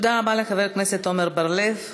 תודה רבה לחבר הכנסת עמר בר-לב.